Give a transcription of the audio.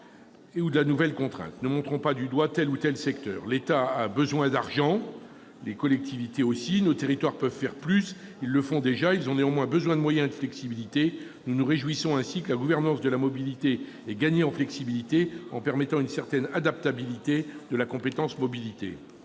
ou de la nouvelle contrainte. Ne montrons pas du doigt tel ou tel secteur. L'État a besoin d'argent, les collectivités aussi. Nos territoires peuvent faire plus et ils le font déjà ; ils ont néanmoins besoin de moyens et de flexibilité. Nous nous réjouissons ainsi que la gouvernance de la mobilité ait gagné en flexibilité, en permettant une certaine adaptabilité de la compétence mobilité.